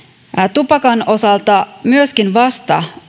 tupakan osalta vasta